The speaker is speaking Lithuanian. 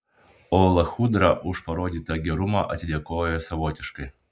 o lachudra už parodytą gerumą atsidėkojo savotiškai